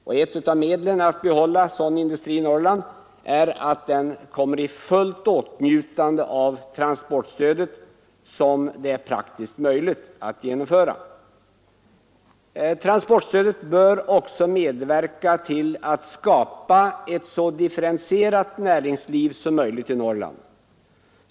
Och ett av medlen att behålla sådan industri i Norrland är att se till att den kommer i åtnjutande av transportstöd i så stor utsträckning som det är praktiskt möjligt att genomföra. Transportstödet bör också medverka till att skapa ett så differentierat näringsliv som möjligt i Norrland.